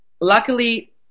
luckily